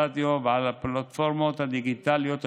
ברדיו ובפלטפורמות הדיגיטליות השונות.